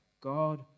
God